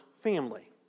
family